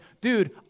dude